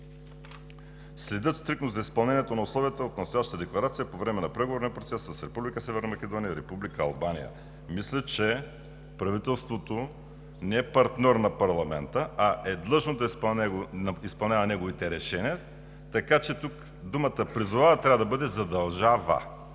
следят стриктно за изпълнението на условията от настоящата декларация по време на преговорния процес с Република Северна Македония и Република Албания“. Мисля, че правителството не е партньор на парламента, а е длъжно да изпълнява неговите решения, така че тук думата „призовава“ трябва да бъде „задължава“